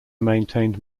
maintained